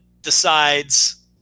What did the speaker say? decides